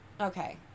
Okay